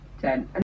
ten